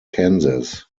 kansas